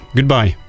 Goodbye